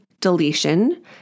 deletion